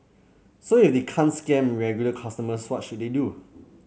so if they can't scam regular consumers what should they do